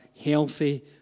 healthy